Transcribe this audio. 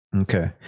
Okay